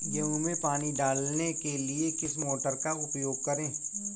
गेहूँ में पानी डालने के लिए किस मोटर का उपयोग करें?